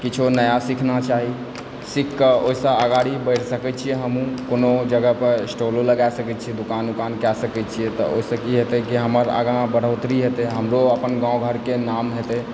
किछो नया सीखना चाही सीख कऽ ओहिसँ अगारी बढ़ि सकै छियै हमहूँ कोनो जगहपर स्टॉलो लगा सकै छियै दोकान उकान कए सकै छियै तऽ ओहिसँ की हेतै कि हमर आगाँ बद्धोतरी हेतै हमरो अपन गाम घरके नाम हेतै